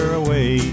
away